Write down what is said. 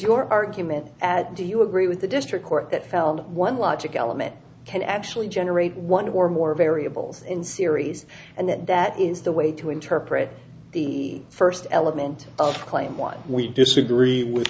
your argument at do you agree with the district court that feld one logic element can actually generate one or more variables in series and that that is the way to interpret the first element of claim one we disagree with